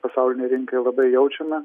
pasaulinei rinkai labai jaučiame